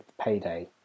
payday